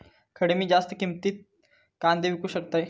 खडे मी जास्त किमतीत कांदे विकू शकतय?